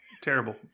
terrible